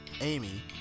Amy